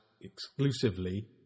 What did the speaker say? exclusively